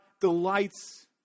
delights